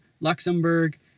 Luxembourg